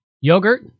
Yogurt